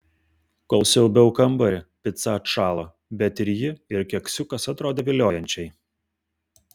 kol siaubiau kambarį pica atšalo bet ir ji ir keksiukas atrodė viliojančiai